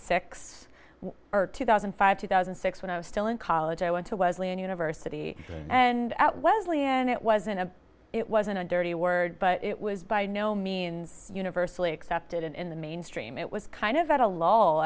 six or two thousand and five two thousand and six when i was still in college i went to was leon university and at wesleyan it wasn't a it wasn't a dirty word but it was by no means universally accepted in the mainstream it was kind of at a l